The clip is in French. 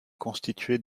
constituée